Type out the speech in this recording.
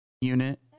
unit